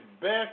best